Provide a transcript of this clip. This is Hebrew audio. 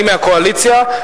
אני מהקואליציה,